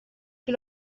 chi